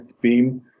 beam